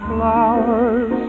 Flowers